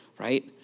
right